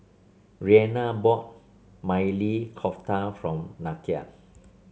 Reanna bought Maili Kofta from Nakia